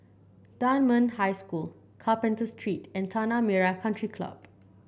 Dunman High School Carpenter Street and Tanah Merah Country Club